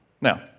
Now